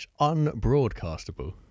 unbroadcastable